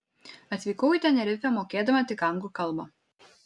atvykau į tenerifę mokėdama tik anglų kalbą